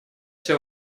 все